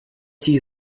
die